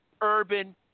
urban